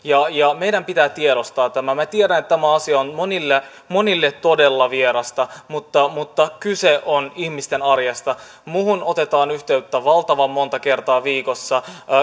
ja meidän pitää tiedostaa tämä minä tiedän että tämä asia on monille monille todella vierasta mutta mutta kyse on ihmisten arjesta minuun otetaan yhteyttä valtavan monta kertaa viikossa